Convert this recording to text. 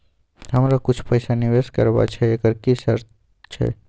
हमरा कुछ पैसा निवेश करबा छै एकर किछ शर्त छै?